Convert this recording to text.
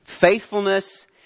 faithfulness